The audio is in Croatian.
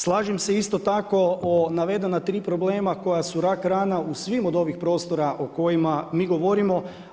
Slažem se isto tako o navedena tri problema koja su rak rana u svim od ovih prostora o kojima mi govorimo.